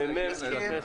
לממ"מ,